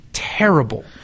terrible